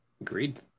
Agreed